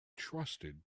trusted